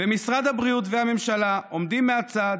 ומשרד הבריאות והממשלה עומדים מהצד